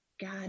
god